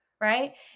right